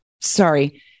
sorry